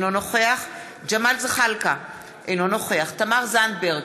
אינו נוכח ג'מאל זחאלקה, אינו נוכח תמר זנדברג,